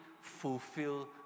fulfill